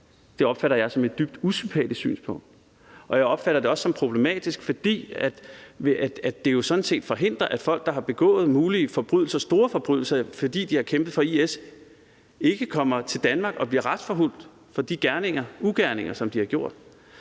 Det opfatter jeg som et dybt usympatisk synspunkt. Jeg opfatter det også som problematisk, fordi det jo sådan set forhindrer, at folk, der har begået mulige forbrydelser – store forbrydelser, fordi de har kæmpet for IS – ikke kommer til Danmark og bliver retsforfulgt for de ugerninger, som de har gjort.